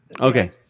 Okay